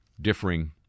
differing